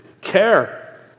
care